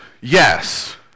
yes